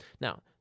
Now